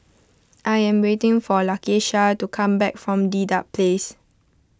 I am waiting for Lakesha to come back from Dedap Place